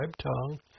tongue